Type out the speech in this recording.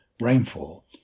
rainfall